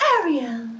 Ariel